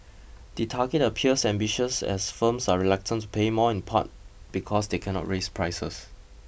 the target appears ambitious as firms are reluctant to pay more in part because they cannot raise prices